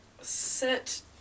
sit